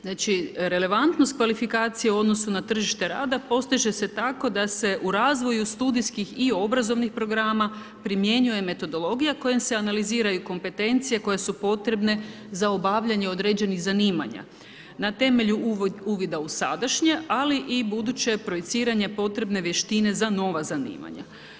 Znači relevantnost kvalifikacije u odnosu na tržište rada postiže se tako da se u razvoj studijskih i obrazovnih programa primjenjuje metodologija kojom se analiziraju kompetencije koje su potrebne za obavljanje određenih zanimanja na temelju uvida u sadašnje ali i buduće projiciranje potrebne vještine za nova zanimanja.